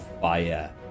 fire